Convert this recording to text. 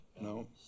no